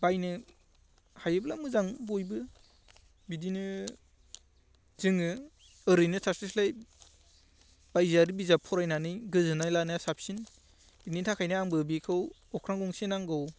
बायनो हायोब्ला मोजां बयबो बिदिनो जोङो ओरैनो थास्लाय स्लाय बायजोआरि बिजाब फरायनानै गोजोन्नाय लानाया साबसिन बिनि थाखायनो आंबो बेखौ अख्रां गंसे नांगौ